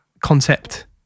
concept